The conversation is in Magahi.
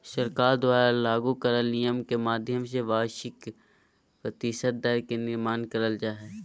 सरकार द्वारा लागू करल नियम के माध्यम से वार्षिक प्रतिशत दर के निर्माण करल जा हय